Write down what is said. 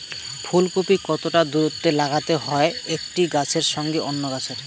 ফুলকপি কতটা দূরত্বে লাগাতে হয় একটি গাছের সঙ্গে অন্য গাছের?